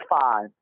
five